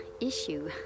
issue